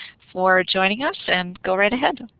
for joining us and go right ahead.